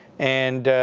and